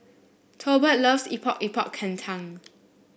Tolbert loves Epok Epok Kentang